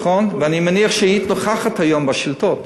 ואני מניח שהיית נוכחת היום בשאילתות,